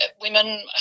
women